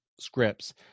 scripts